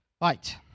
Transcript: Right